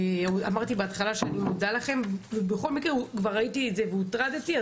אמרתי בהתחלה שאני מודה לכם ובכל מקרה כבר ראיתי את זה והוטרדתי,